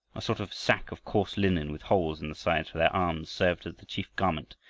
a sort of sack of coarse linen with holes in the sides for their arms, served as the chief garment,